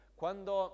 quando